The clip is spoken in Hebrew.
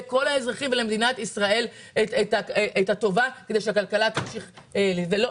ולכל האזרחים במדינת ישראל כדי שהכלכלה תמשיך להתנהל.